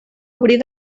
obrir